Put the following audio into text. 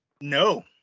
No